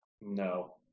No